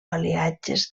aliatges